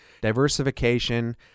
diversification